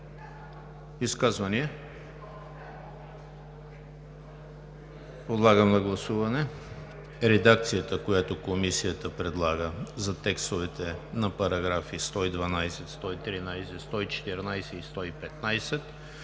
изказвания? Подлагам на гласуване редакцията, която Комисията предлага за текстовете на параграфи 116, 118 и 119,